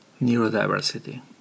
neurodiversity